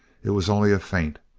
it was only a feint.